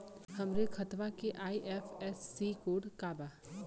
हमरे खतवा के आई.एफ.एस.सी कोड का बा?